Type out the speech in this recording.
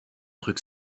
truc